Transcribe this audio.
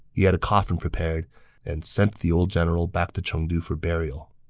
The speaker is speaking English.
he had a coffin prepared and sent the old general back to chengdu for burial